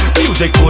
music